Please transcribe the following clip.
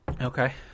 okay